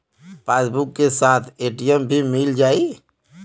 Passbook के साथ ATM भी मील जाई?